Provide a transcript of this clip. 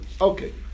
Okay